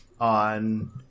on